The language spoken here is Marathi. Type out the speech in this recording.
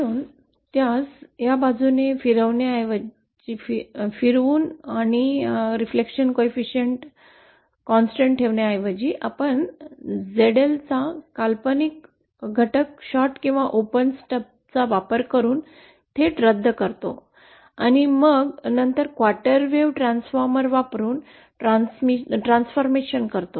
म्हणून त्यास ट्रान्स बाजूने फिरवण्याऐवजी आणि प्रतिबिंब गुणांक परिमाण स्थिर ठेवण्याऐवजी आपण ZL चा काल्पनिक घटक शॉर्ट किंवा ओपन स्टबचा वापर करून थेट रद्द करतो आणि नंतर क्वार्टर वेव्ह ट्रान्सफॉर्मर वापरुन ट्रान्सफॉर्मेशन करतो